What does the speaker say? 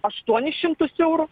aštuonis šimtus eurų